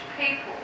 people